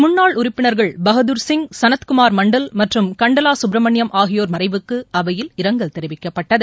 முன்னாள் உறுப்பினர்கள் பகதூர் சிங் சனத்குமார் மண்டல் மற்றும் கண்டலாசுப்ரமணியம் ஆகியோர் மறைவுக்கு அவையில் இரங்கல் தெரிவிக்கப்பட்டது